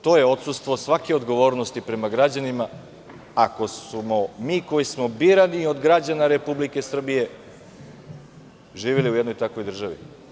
To je odsustvo svake odgovornosti prema građanima, ako smo mi koji smo birani od građana Republike Srbije živeli u jednoj takvoj državi.